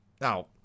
now